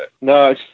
No